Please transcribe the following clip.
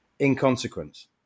inconsequence